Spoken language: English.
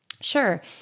Sure